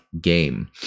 game